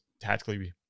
tactically